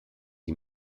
sie